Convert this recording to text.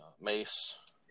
Mace